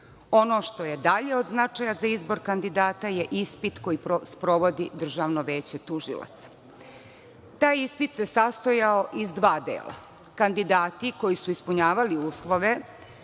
što je dalje od značaja za izbor kandidata je ispit koji sprovodi Državno veće tužilaca. Taj ispit se sastojao iz dva dela. Kandidati koji su ispunjavali uslove